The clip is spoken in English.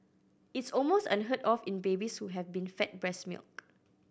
it's almost unheard of in babies who have been fed breast milk